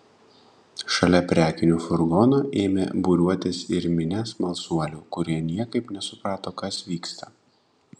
šalia prekinių furgonų ėmė būriuotis ir minia smalsuolių kurie niekaip nesuprato kas vyksta